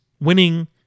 winning